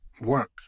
work